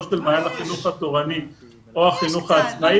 של מעיין החינוך התורני או החינוך העצמאי,